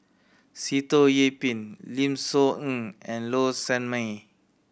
Sitoh Yih Pin Lim Soo Ngee and Low Sanmay